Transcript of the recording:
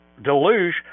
Deluge